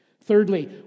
Thirdly